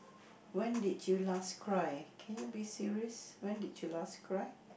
when did you last cry can you be serious when did you last cry